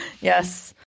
Yes